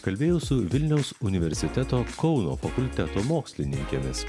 kalbėjau su vilniaus universiteto kauno fakulteto mokslininkėmis